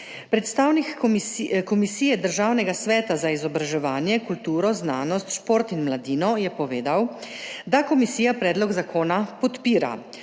Predstavnik Komisije Državnega sveta za izobraževanje, kulturo, znanost, šport in mladino je povedal, da komisija predlog zakona podpira.